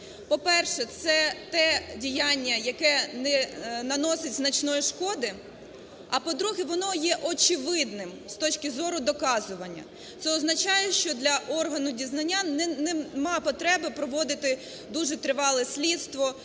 По-перше, це те діяння, яке не наносить значної шкоди. А, по-друге, воно є очевидним з точки зору доказування, це означає, що для органу дізнання нема потреби проводити дуже тривале слідство,